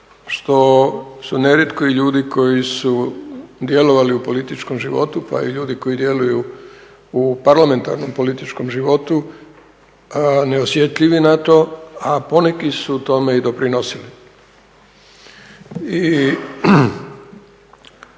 što su nerijetko i ljudi koji su djelovali u političkom životu, pa i ljudi koji djeluju u parlamentarnom političkom životu neosjetljivi na to, a poneki su tome i doprinosili.